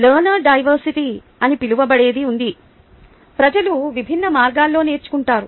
learner diversity అని పిలువబడేది ఉంది ప్రజలు విభిన్న మార్గాల్లో నేర్చుకుంటారు